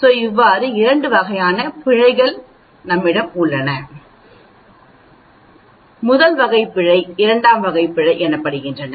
இப்போது பிழை என்று ஒன்று உள்ளது 2 வகையான பிழைகள் உள்ளன 1வகை பிழை மற்றும் 2 வகை பிழை எனப்படுகிறது